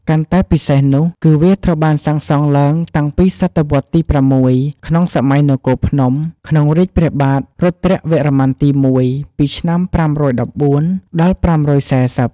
កាន់តែពិសេស នោះ គឺវាត្រូវបានសាងសង់ឡើងតាំងពីសតវត្សរ៍ទី៦ ក្នុងសម័យនគរភ្នំ ក្នុងរាជ្យព្រះបាទរុទ្រវរ្ម័នទី ១ ពី ឆ្នាំ ៥១៤-៥៥០។